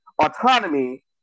autonomy